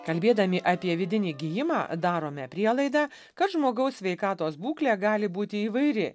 kalbėdami apie vidinį gijimą darome prielaidą kad žmogaus sveikatos būklė gali būti įvairi